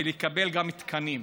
ולקבל גם תקנים: